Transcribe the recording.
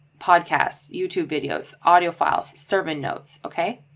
podcasts, youtube videos, audio files, sermon notes, okay.